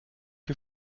que